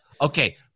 okay